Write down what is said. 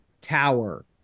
Tower